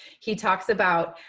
he talks about,